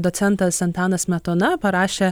docentas antanas smetona parašė